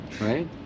Right